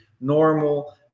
normal